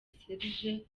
serge